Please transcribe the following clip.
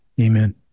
Amen